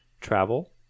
travel